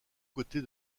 côtés